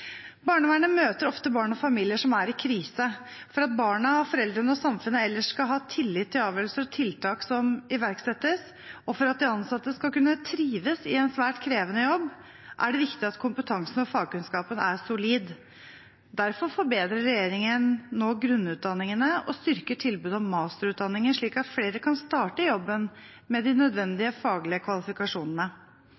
foreldrene og samfunnet ellers skal ha tillit til avgjørelser og tiltak som iverksettes, og for at de ansatte skal kunne trives i en svært krevende jobb, er det viktig at kompetansen og fagkunnskapen er solid. Derfor forbedrer regjeringen nå grunnutdanningene og styrker tilbudet om masterutdanninger, slik at flere kan starte i jobben med de